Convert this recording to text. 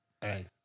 Hey